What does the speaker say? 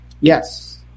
Yes